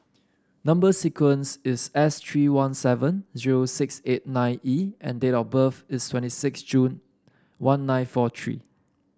number sequence is S three one seven zero six eight nine E and date of birth is twenty six June one nine four three